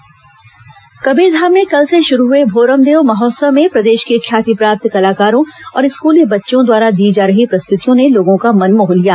भोरमदेव महोत्सव कबीरधाम में कल से शुरू हुए भोरमदेव महोत्सव में प्रदेश के ख्याति प्राप्त कलाकारों और स्कूली बच्चों द्वारा दी जा रही प्रस्तुतियों ने लोगों का मन मोह लिया